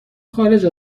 خارج